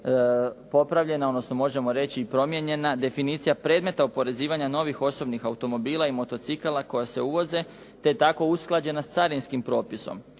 popravljena, odnosno možemo reći i promijenjena definicija predmeta oporezivanja novih osobnih automobila i motocikala koja se uvoze, te tako usklađena s carinskim propisom.